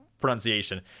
pronunciation